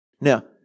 Now